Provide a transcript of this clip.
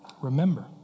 remember